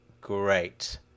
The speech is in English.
great